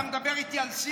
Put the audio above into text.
אתה מדבר איתי על שיח?